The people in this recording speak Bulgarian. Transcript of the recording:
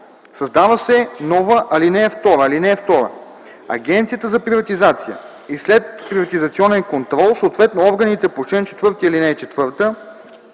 Създава се нова ал. 2: “(2) Агенцията за приватизация и следприватизационен контрол, съответно органите по чл. 4, ал. 4